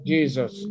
Jesus